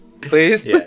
Please